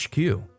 HQ